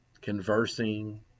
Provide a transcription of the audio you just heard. conversing